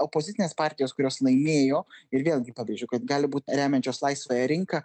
opozicinės partijos kurios laimėjo ir vėlgi pabrėžiu kad gali būt remiančios laisvąją rinką